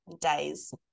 days